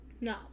No